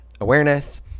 awareness